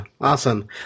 awesome